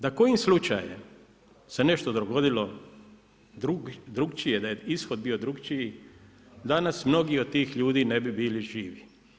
Da kojim slučajem se nešto dogodilo drukčije, da je ishod bio drukčiji, danas mnogi od tih ljudi ne bi bili živi.